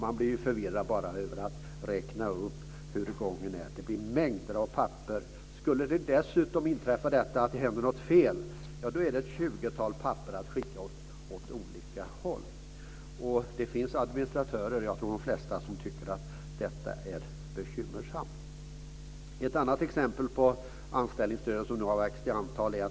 Man blir förvirrad bara av att redovisa handläggningsgången. Detta medför mängder av papper. Skulle det dessutom inträffa något fel ska det skickas ett tjugotal papper åt olika håll. Jag tror att de flesta administratörer tycker att detta är bekymmersamt. Ett annat exempel är anställningsstöden, som har växt i antal.